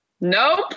nope